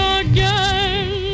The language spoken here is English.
again